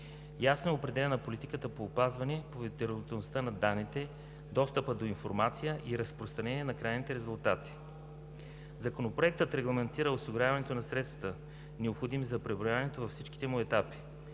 Ясно е определена политиката по опазване поверителността на данните, достъпа до информация и разпространение на крайните резултати. Законопроектът регламентира осигуряването на средствата, необходими за преброяването във всичките му етапи.